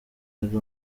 ari